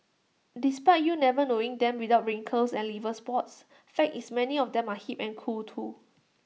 despite you never knowing them without wrinkles and liver spots fact is many of them are hip and cool too